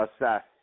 assess